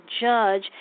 judge